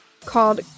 called